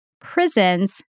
prisons